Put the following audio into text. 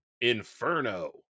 Inferno